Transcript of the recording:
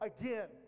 again